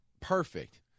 perfect